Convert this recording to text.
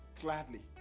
gladly